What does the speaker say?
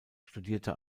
studierte